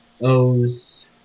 O's